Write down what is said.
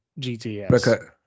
GTS